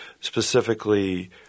specifically